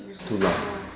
its too loud